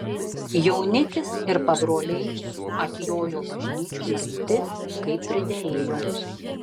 jaunikis ir pabroliai atjojo bažnyčion raiti kaip priderėjo